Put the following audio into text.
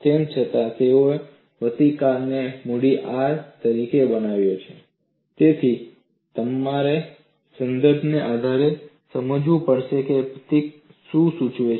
તેમ છતાં તેઓએ પ્રતિકારને મૂડી R તરીકે બનાવ્યો છે તેથી તમારે સંદર્ભના આધારે સમજવું પડશે કે પ્રતીક શું સૂચવે છે